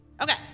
Okay